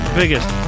biggest